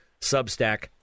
Substack